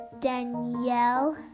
Danielle